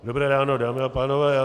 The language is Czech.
Dobré ráno, dámy a pánové.